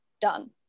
done